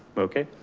okay?